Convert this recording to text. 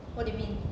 what do you mean